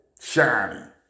Shiny